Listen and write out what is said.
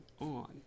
on